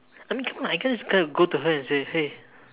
I mean come on I can't just go to her and say !hey!